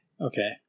Okay